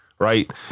Right